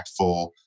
impactful